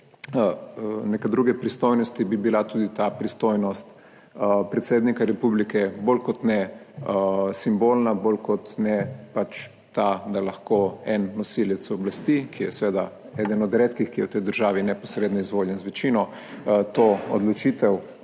neke druge pristojnosti bi bila tudi ta pristojnost predsednika republike bolj kot ne simbolna, bolj kot ne pač ta, da lahko en nosilec oblasti, ki je seveda eden od redkih, ki so v tej državi neposredno izvoljeni z večino, to odločitev